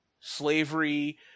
slavery